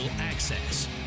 Access